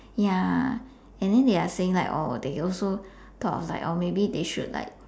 ya and then they are saying like oh they also thought of like oh maybe they should like